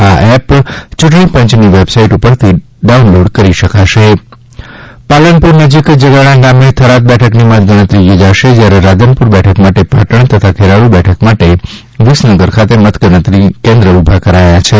આ એપ ચૂંટણીપંચની વેબસાઇટ ઉપરથી ડાઉનલોડ કરી શકાશે પાલનપુર નજીક જગાણા ગામે થરાદ બેઠકની મતગણતરી યોજાશે જ્યારે રાધનપુર બેઠક માટે પાટણ તથા ખેરાલુ બેઠક માટે વિસનગર ખાતે મતગણતરી કેન્દ્ર ઊભા કરાયા છે